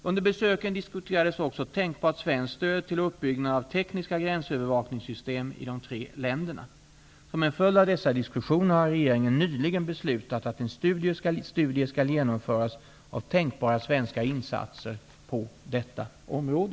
Under besöken diskuterades också tänkbart svenskt stöd till uppbyggnaden av tekniska gränsövervakningssystem i de tre länderna. Som en följd av dessa diskussioner har regeringen nyligen beslutat att en studie skall genomföras av tänkbara svenska insatser på detta område.